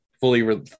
fully